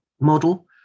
model